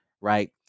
right